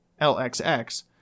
LXX